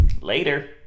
later